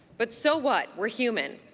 but so what? we're human.